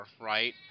right